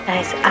Nice